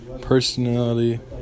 personality